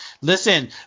listen